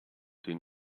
den